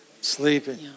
Sleeping